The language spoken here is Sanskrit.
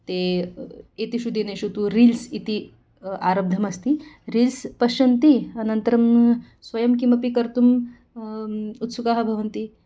ते एषु दिनेषु तु रील्स् इति आरब्धमस्ति रील्स् पश्यन्ति अनन्तरं स्वयं किमपि कर्तुम् उत्सुकाः भवन्ति